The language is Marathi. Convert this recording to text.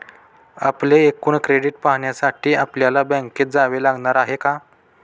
आपले एकूण क्रेडिट पाहण्यासाठी आपल्याला बँकेत जावे लागणार आहे का?